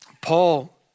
Paul